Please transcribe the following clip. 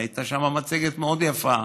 הייתה שם מצגת מאוד יפה,